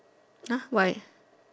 !huh! why